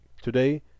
TODAY